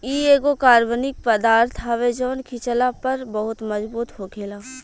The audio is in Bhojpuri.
इ एगो कार्बनिक पदार्थ हवे जवन खिचला पर बहुत मजबूत होखेला